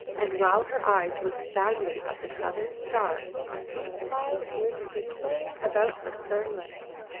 and while her eyes looked sadly at the southern stars a faint smile seemed be playing about her firm lips.